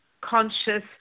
conscious